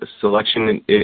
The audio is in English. selection